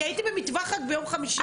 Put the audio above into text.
אני הייתי במטווח רק ביום חמישי.